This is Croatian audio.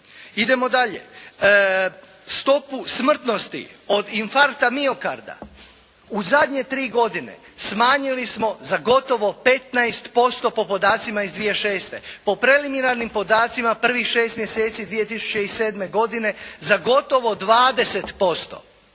Idemo dalje. Stopu smrtnosti od infarkta miokarda u zadnje tri godine smanjili smo za gotovo 15% po podacima iz 2006. Po preliminarnim podacima prvih šest mjeseci 2007. godine za gotovo 20%.